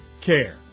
Care